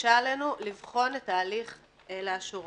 שמקשה עלינו לבחון את ההליך לאשורו.